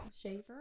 shaver